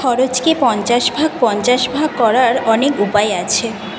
খরচকে পঞ্চাশ ভাগ পঞ্চাশ ভাগ করার অনেক উপায় আছে